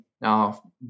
now